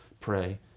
pray